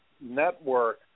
Network